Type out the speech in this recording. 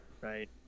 Right